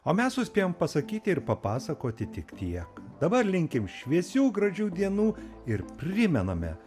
o mes suspėjom pasakyti ir papasakoti tik tiek dabar linkim šviesių gražių dienų ir primename